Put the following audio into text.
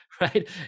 right